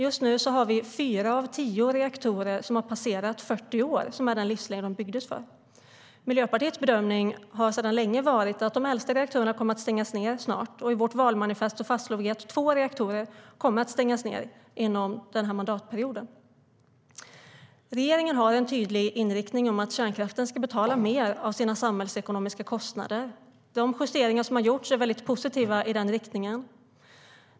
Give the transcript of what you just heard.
Just nu har vi fyra av tio reaktorer som har passerat 40 år, vilket är den livslängd de byggdes för. Miljöpartiets bedömning har sedan länge varit att de äldsta reaktorerna snart kommer att stängas ned. I vårt valmanifest fastslog vi att två reaktorer kommer att stängas ned under den här mandatperioden. Regeringen har en tydlig inriktning att kärnkraften ska betala mer av sina samhällsekonomiska kostnader. De justeringar som gjorts i den riktningen är något mycket positivt.